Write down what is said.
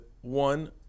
one